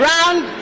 Round